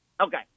Okay